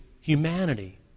humanity